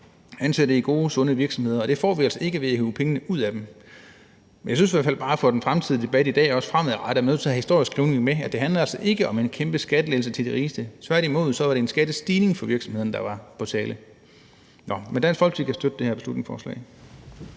muligt i gode, sunde virksomheder, og det får vi altså ikke ved at hive pengene ud af dem. Men jeg synes i hvert fald bare for den fremtidige debat i dag og også fremadrettet, at vi er nødt til at have historieskrivningen med. Det handler altså ikke om en kæmpe skattelettelse til de rigeste. Tværtimod var det en skattestigning for virksomhederne, der var på tale. Nå, men Dansk Folkeparti kan støtte det her beslutningsforslag.